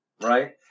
right